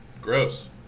Gross